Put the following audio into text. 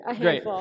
great